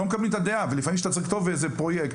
לא מקבלים את הדעה ולפעמים שאתה צריך לכתוב איזה פרויקט,